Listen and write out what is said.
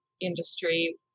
industry